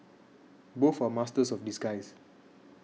both are masters of disguise